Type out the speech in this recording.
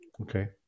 Okay